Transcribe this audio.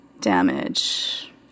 damage